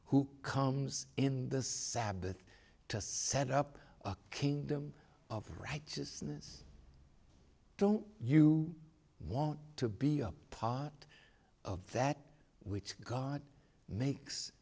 who comes in the sabbath to set up a kingdom of righteousness don't you want to be a part of that which god makes